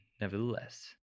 nevertheless